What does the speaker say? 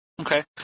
Okay